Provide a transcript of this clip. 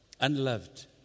unloved